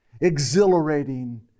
exhilarating